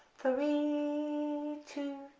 three, two,